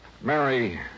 Mary